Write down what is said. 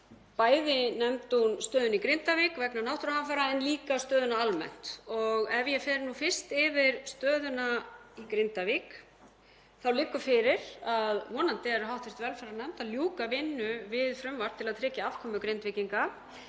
Bæði nefndi hún stöðuna í Grindavík vegna náttúruhamfara en líka stöðuna almennt. Ef ég fer fyrst yfir stöðuna í Grindavík þá liggur fyrir að vonandi er hv. velferðarnefnd að ljúka vinnu við frumvarp til að tryggja afkomu Grindvíkinga.